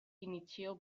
initieel